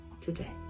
today